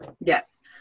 Yes